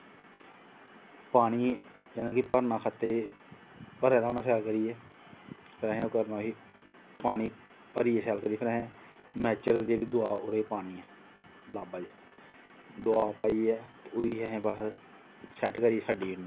पानी जाने की भरना खातै ई भरे दा होना शैल करियै फिर असें ओह् करना उसी पानी भरियै शैल करियै ओह् उसी नेचुरल जेह्ड़ी दवा ओह् उसी देनी ऐ दवा पाइयै ओह् ई असें फिर सेट करियै छड्डी ओड़ना